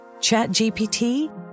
ChatGPT